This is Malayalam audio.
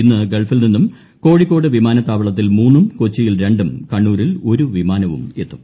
ഇന്ന് ഗൾഫിൽ നിന്നും കോഴിക്കോട് വിമാനത്താവളത്തിൽ മൂന്നും കൊച്ചിയിൽ രണ്ടും കണ്ണൂരിൽ ഒരു വിമാനവും എത്തും